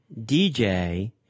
DJ